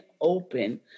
open